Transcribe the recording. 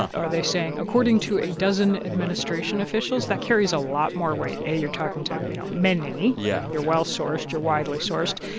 are they saying according to a dozen administration officials? that carries a lot more weight. a, you're talking to, you know, many yeah you're well-sourced. you're widely sourced.